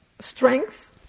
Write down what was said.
strengths